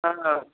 ହଁ ହଁ